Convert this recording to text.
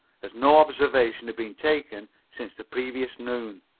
as no observation had been taken since the previous noon,